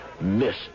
Miss